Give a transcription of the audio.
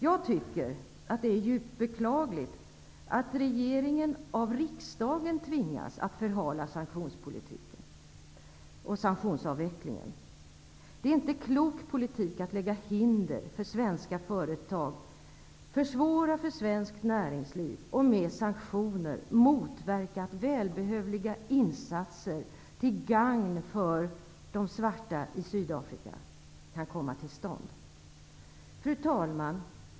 Jag tycker att det är djupt beklagligt att regeringen av riksdagen tvingas att förhala sanktionsavvecklingen. Det är inte klok poltik att lägga hinder för svenska företag, försvåra för svenskt näringsliv och med sanktioner motverka att välbehövliga insatser till gagn för de svarta i Sydafrika kan komma till stånd. Fru talman!